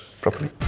properly